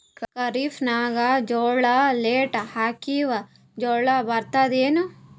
ಖರೀಫ್ ನಾಗ ಜೋಳ ಲೇಟ್ ಹಾಕಿವ ಬೆಳೆ ಬರತದ ಏನು?